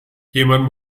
jemand